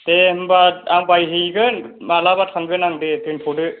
दे होमबा आं बायहैगोन मालाबा थांगोन आं दे दोनथ'दो